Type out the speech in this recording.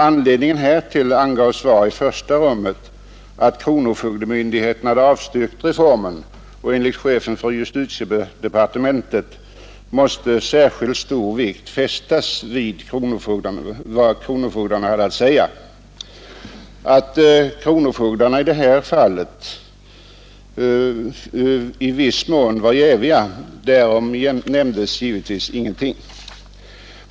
Anledningen härtill angavs i första rummet vara att kronofogdemyndigheterna hade avstyrkt reformen, och enligt chefen för justitiedepartementet måste särskilt stor vikt fästas vid vad kronofogdarna hade att säga. Att kronofogdarna i detta fall i viss mån var jäviga, därom nämndes givetvis ingenting.